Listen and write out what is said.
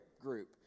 group